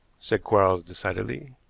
said quarles decidedly.